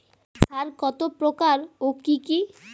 সার কত প্রকার ও কি কি?